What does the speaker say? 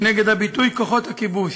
נגד הביטוי "כוחות הכיבוש".